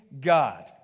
God